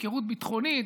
הפקרות ביטחונית,